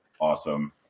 awesome